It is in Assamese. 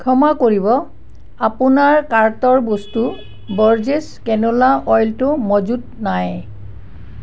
ক্ষমা কৰিব আপোনাৰ কাৰ্টৰ বস্তু বৰ্জেছ কেনোলা অইলটো মজুত নাই